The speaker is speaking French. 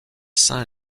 saint